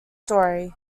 story